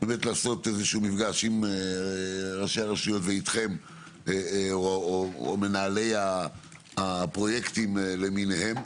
באמת לעשות מפגש עם ראשי הרשויות ואתכם או עם מנהלי הפרויקטים למיניהם,